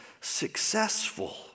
successful